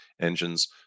engines